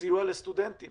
סיוע לסטודנטים